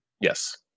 Yes